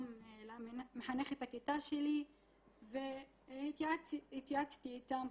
גם למחנכת הכיתה שלי והתייעצתי איתם.